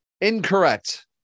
Incorrect